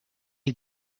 you